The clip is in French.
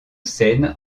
scène